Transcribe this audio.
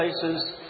places